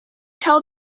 tell